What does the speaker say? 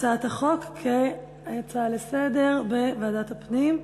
הצעת החוק כהצעה לסדר-היום לוועדת הפנים.